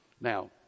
Now